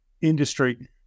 industry